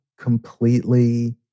completely